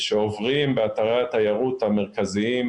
בתחנות דלק ובשירותים ציבוריים של העיריות והמועצות,